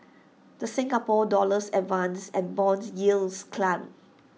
the Singapore dollars advanced and Bond yields climbed